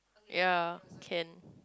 ya can